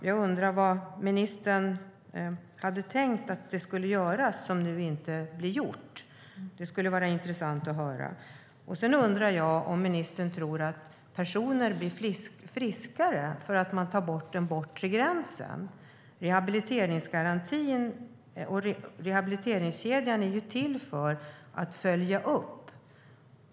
Jag undrar vad ministern hade tänkt skulle göras som nu inte blir gjort. Det skulle vara intressant att höra. Sedan undrar jag om ministern tror att personer blir friskare därför att man tar bort den bortre gränsen. Rehabiliteringskedjan är till för att man ska följa upp.